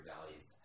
values